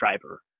driver